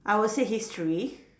I would say history